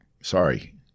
sorry